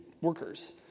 workers